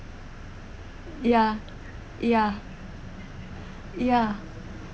ya ya ya